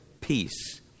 peace